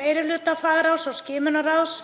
meiri hluta fagráðs og skimunarráðs,